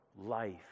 life